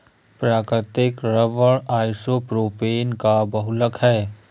प्राकृतिक rubber isopropene का बहुलक है